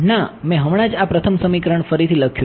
ના મેં હમણાં જ આ પ્રથમ સમીકરણ ફરીથી લખ્યું છે